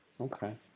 Okay